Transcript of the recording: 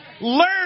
Learn